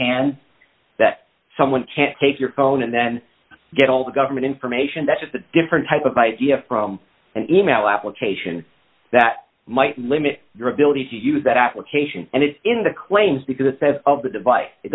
hands that someone can take your phone and then get all the government information that's a different type of idea from an email application that might limit your ability to use that application and it's in the claims because of the device it